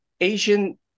Asian